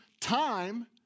time